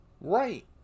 right